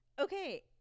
okay